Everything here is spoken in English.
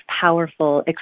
powerful